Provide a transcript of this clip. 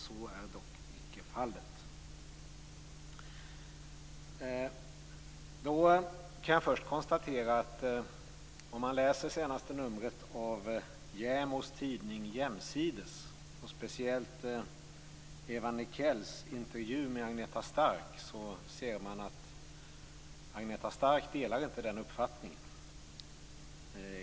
Så är dock inte fallet." Då kan jag först konstatera att om man läser senaste numret av JämO:s tidning Jämsides, och speciellt Eva Nikells intervju med Agneta Stark, ser man att Agneta Stark inte delar den uppfattningen.